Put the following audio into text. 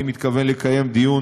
אני מתכוון לקיים לדיון,